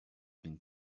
been